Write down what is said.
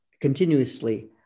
continuously